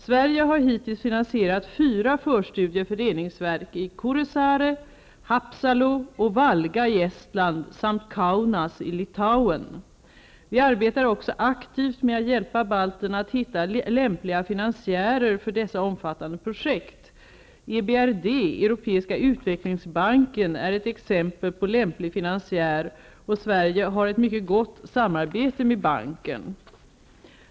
Sverige har hittills finansierat fyra förstudier för reningsverk i Kaunas i Litauen. Vi arbetar också aktivt med att hjälpa balterna att hitta lämpliga finansiärer för dessa omfattande projekt. EBRD, Europeiska utvecklingsbanken, är ett exempel på en lämplig finansiär, och Sverige har ett mycket gott samarbete med banken.